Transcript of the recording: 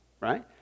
right